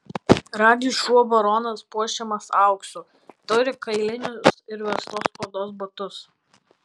radži šuo baronas puošiamas auksu turi kailinius ir verstos odos batus